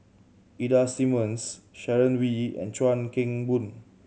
Ida Simmons Sharon Wee and Chuan Keng Boon